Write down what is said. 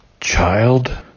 child